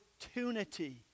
Opportunity